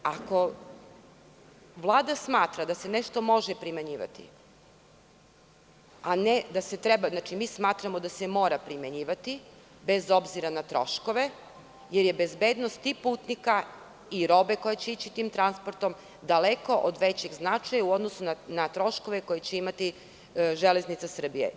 Ako Vlada smatra da se nešto može primenjivati, znači mi smatramo da se mora primenjivati, bez obzira na troškove jer je bezbednost tih putnika i roba koja će ići tim transportom daleko od većeg značaja u odnosu na troškove koje će imati „Železnica Srbije“